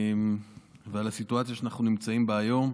ועל הסיטואציה שאנחנו נמצאים בה היום.